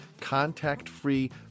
contact-free